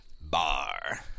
bar